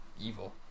evil